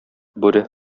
бүре